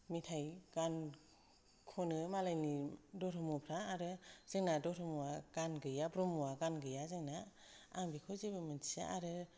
मेथाइ गान खनो मालायनि धर्मफ्रा आरो जोंना धर्मआ गान गैया ब्रह्मआ गान गैया जोंना आं बिखौ जेबो मिन्थिया आरो